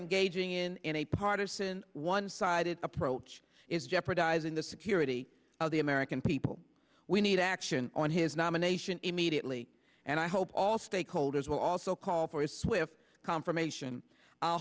engaging in in a partisan one sided approach is jeopardizing the security of the american people we need action on his nomination immediately and i hope all stakeholders will also call for his swift confirmation